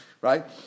right